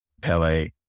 Pele